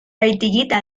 rajtigita